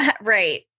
right